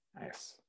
Nice